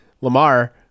Lamar